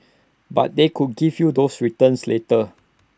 but they could give you those returns later